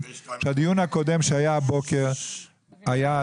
שהדיון הקודם שהיה הבוקר היה,